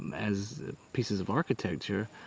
as pieces of architecture,